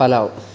pulao